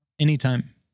Anytime